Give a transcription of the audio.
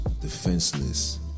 defenseless